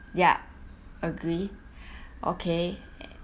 ya agree okay